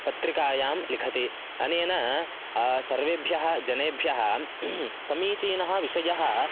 पत्रिकायां लिखति अनेन सर्वेभ्यः जनेभ्यः समीचीनः विषयः